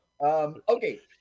Okay